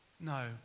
No